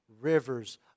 rivers